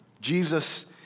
Jesus